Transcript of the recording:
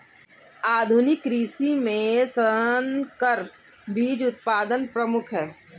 आधुनिक कृषि में संकर बीज उत्पादन प्रमुख है